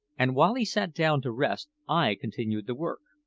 and while he sat down to rest i continued the work.